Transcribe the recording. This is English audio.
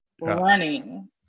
running